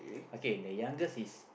okay the youngest is